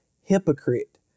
Hypocrite